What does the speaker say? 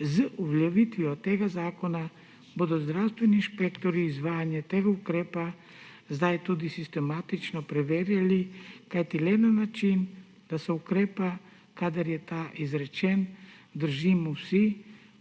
Z uveljavitvijo tega zakona bodo zdravstveni inšpektorji izvajanje tega ukrepa zdaj tudi sistematično preverjali, kajti le na način, da se ukrepa, kadar je ta izrečen, držimo vsi,